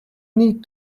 need